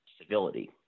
civility